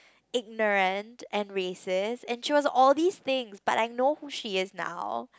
ignorant and racist and she was all these things but I know who she is now